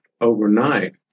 overnight